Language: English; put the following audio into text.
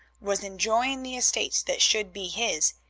was enjoying the estates that should be his,